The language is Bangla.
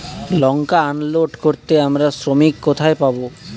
লঙ্কা আনলোড করতে আমি শ্রমিক কোথায় পাবো?